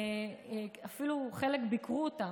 שאפילו חלק ביקרו אותן.